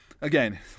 again